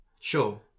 Sure